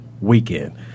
weekend